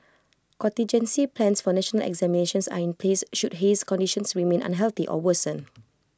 contingency plans for national examinations are in place should haze conditions remain unhealthy or worsen